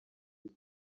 muri